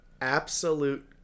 Absolute